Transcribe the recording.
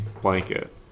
blanket